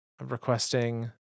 requesting